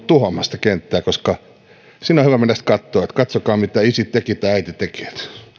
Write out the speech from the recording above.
tuhoamassa sitä kenttää koska sinne on hyvä mennä sitten katsomaan että katsokaa mitä isi teki tai äiti teki että hieno juttu